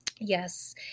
yes